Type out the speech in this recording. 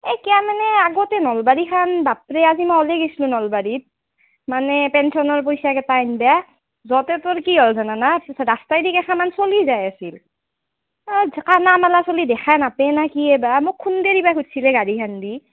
এ কিয় মানে আগতে নলবাৰীখন বাপৰে আজি মই ওলাই গৈছিলোঁ নলবাৰীত মানে পেঞ্চনৰ পইচা কেইটা আনিব য'তে তোৰ কি হ'ল জানানে ৰাস্তাইদি কেইখনমান চ'লি যাই আছিল এই কাণা মাণা চ'লি দেখাই নাপায় না কিয়ে বা মোক খুন্দে দিব ধৰিছিলে গাড়ীখন দি